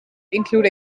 include